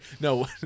no